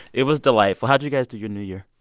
it was delightful. how'd you guys do your new year?